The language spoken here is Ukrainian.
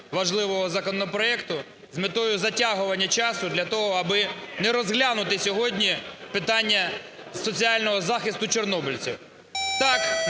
важливого законопроекту з метою затягування часу для того, аби не розглянути сьогодні питання соціального захисту чорнобильців? Так, на ці